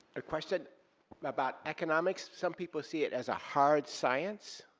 a question about economics. some people see it as a hard science,